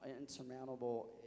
insurmountable